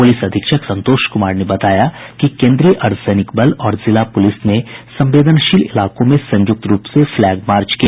police अधीक्षक संतोष कुमार ने बताया कि कोन्द्रीय अर्द्वसैनिक बल और जिला पुलिस ने संवेनशील इलाकों में संयुक्त रूप से फ्लैग मार्च किया